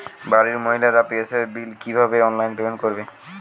বাড়ির মহিলারা গ্যাসের বিল কি ভাবে অনলাইন পেমেন্ট করবে?